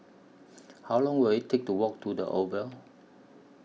How Long Will IT Take to Walk to The Oval